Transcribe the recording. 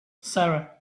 sara